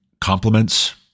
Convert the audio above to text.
compliments